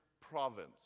province